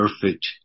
perfect